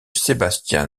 sébastien